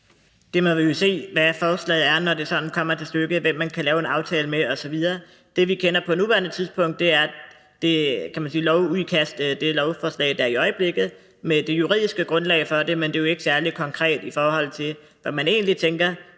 Vi må jo se, hvad forslaget er, når det kommer til stykket, og hvem man kan lave en aftale med osv. Det, vi kender på nuværende tidspunkt, er det lovudkast, det lovforslag, der ligger i øjeblikket, med det juridiske grundlag for det, men det er jo ikke særlig konkret, i forhold til hvad man egentlig tænker.